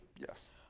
Yes